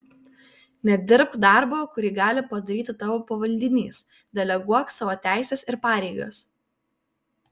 nedirbk darbo kurį gali padaryti tavo pavaldinys deleguok savo teises ir pareigas